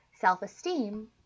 self-esteem